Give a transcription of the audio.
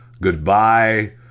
goodbye